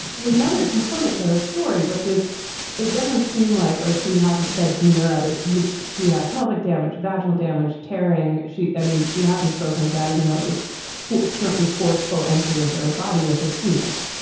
there's another component to her story, which is it doesn't seem like or she hasn't said to me or others that she had pelvic damage to fragile, damaged tearing. she i mean, she hasn't spoken of that, even though it was forced, certainly forceful entry into her body with his penis.